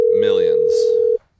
Millions